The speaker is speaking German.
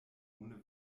ohne